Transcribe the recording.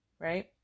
right